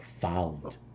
found